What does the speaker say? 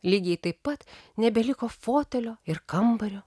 lygiai taip pat nebeliko fotelio ir kambario